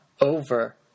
Over